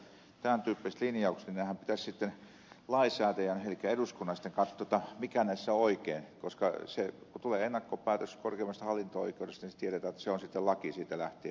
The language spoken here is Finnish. sen takia tämän tyyppiset linjaukset pitäisi lainsäätäjän elikkä eduskunnan katsoa mikä näissä on oikein koska kun tulee ennakkopäätös korkeimmasta hallinto oikeudesta tiedetään että se on sitten laki siitä lähtien